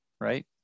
right